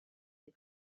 des